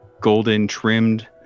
golden-trimmed